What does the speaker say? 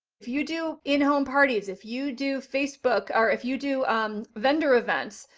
if you do in home parties, if you do facebook, or if you do um vendor events,